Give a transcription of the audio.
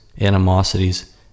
animosities